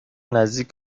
نزدیک